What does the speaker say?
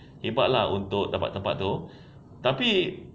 hebat lah untuk dapat tempat tu tapi